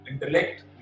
intellect